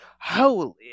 holy